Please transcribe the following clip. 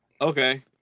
Okay